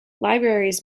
libraries